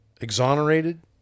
Exonerated